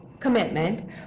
commitment